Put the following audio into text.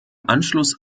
anschluss